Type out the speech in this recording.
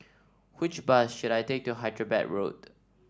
which bus should I take to Hyderabad Road